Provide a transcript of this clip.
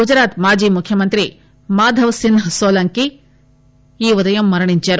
గుజరాత్ మాజీ ముఖ్యమంత్రి మాధవ్ సిన్హ్ నోలంకి ఈ ఉదయం మరణించారు